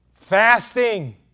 Fasting